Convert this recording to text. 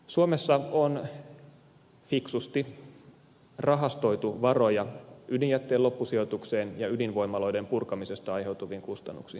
suomessa on fiksusti rahastoitu varoja ydinjätteen loppusijoitukseen ja ydinvoimaloiden purkamisesta aiheutuviin kustannuksiin